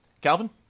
Calvin